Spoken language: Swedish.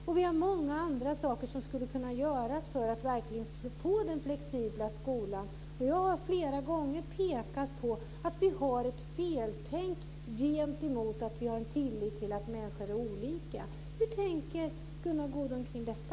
Det finns många andra saker som skulle kunna göras för att få den flexibla skolan. Jag har flera gånger pekat på att vi tänker fel i stället för att ha tillit till att människor är olika. Hur tänker Gunnar Goude om detta?